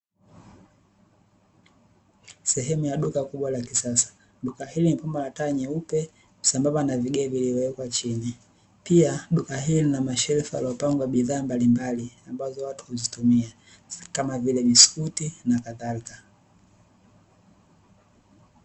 Sehemu ya duka kubwa la kisasa, duka hili limepambwa na taa nyeupe sambamba na vigae vilivyowekwa chini, pia duka hili lina mashelfu yaliyopangwa bidhaa mbalimbali ambazo watu huzitumia kama vile biskuti na kadhalika.